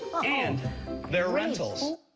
and they're rentals.